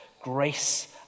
grace